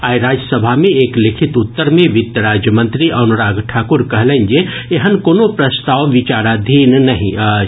आइ राज्यसभा मे एक लिखित उत्तर मे वित्त राज्य मंत्री अनुराग ठाकुर कहलनि जे एहन कोनो प्रस्ताव विचाराधीन नहिं अछि